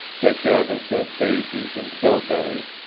they gathered the daisies and bilberries,